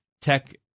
tech